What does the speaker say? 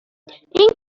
این